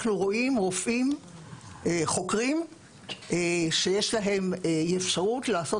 אנחנו רואים רופאים חוקרים שיש להם אפשרות לעשות